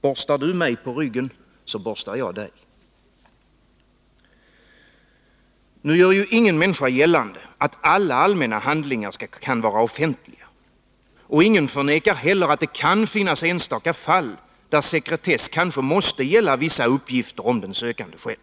Borstar du mig på ryggen, så borstar jag dig. Ingen gör gällande att alla allmänna handlingar kan vara offentliga. Ingen förnekar heller att det kan finnas enstaka fall där sekretessen kanske måste gälla vissa uppgifter om den sökande själv.